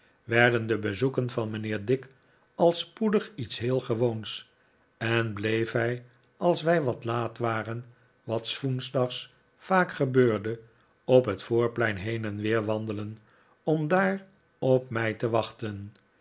werden de bezoeken van mijnheer dick al spoedig iets heel gewoons en bleef hij als wij wat laat waren wat s woensdags vaak gebeurde op het voorplein heen en weer wandelen om daar op mij te wachten